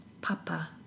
Papa